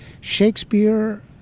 Shakespeare